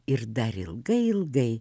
ir dar ilgai ilgai